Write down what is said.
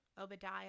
Obadiah